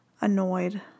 annoyed